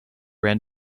ran